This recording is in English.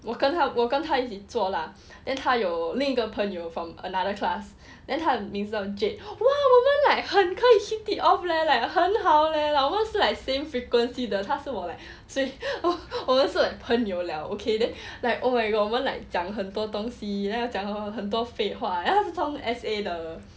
我跟他我跟他一起坐 lah then 他有另一个朋友 from another class then 他名字叫 jade !wah! 我们 like 很 hit it off leh like 很好 leh 我们是 like same frequency 他是我我们是朋友了 okay then like oh my god 我们讲 like 讲很多东西 then 讲了很多废话 then 他是从 S_A 的